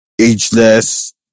ageless